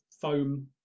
foam